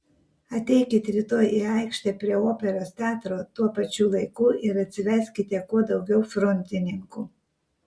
ateikit rytoj į aikštę prie operos teatro tuo pačiu laiku ir atsiveskite kuo daugiau frontininkų